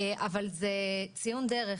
אבל זה ציון דרך,